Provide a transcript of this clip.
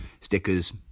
stickers